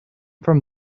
from